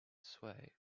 sway